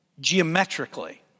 geometrically